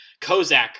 Kozak